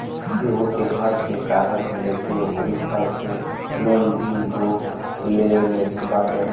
केहू के घर के कागज लेके ओकरी घर पे लोन भी लोग ले लेत बाटे